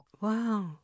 Wow